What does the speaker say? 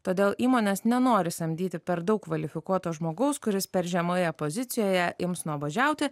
todėl įmonės nenori samdyti per daug kvalifikuoto žmogaus kuris per žemoje pozicijoje ims nuobodžiauti